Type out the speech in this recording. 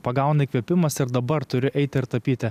pagauna įkvėpimas ir dabar turiu eiti ir tapyti